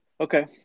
okay